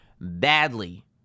badly